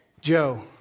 Joe